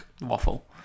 waffle